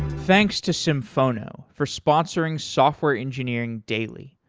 thanks to symphono for sponsoring software engineering daily.